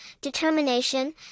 determination